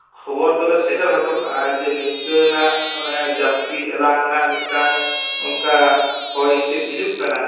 ᱠᱷᱚᱵᱚᱨ ᱫᱚᱞᱮ ᱥᱮᱴᱮᱨ ᱦᱚᱴᱚ ᱠᱟᱜᱼᱟ ᱡᱮ ᱱᱤᱝᱠᱟᱹᱱᱟᱜ ᱢᱟᱱᱮ ᱡᱟᱹᱥᱛᱤ ᱮᱞᱟᱝ ᱨᱮᱱᱟᱜ ᱢᱤᱫᱴᱟᱝ ᱚᱱᱠᱟ ᱦᱚᱭ ᱦᱤᱸᱥᱤᱫ ᱦᱤᱡᱩᱜ ᱠᱟᱱᱟ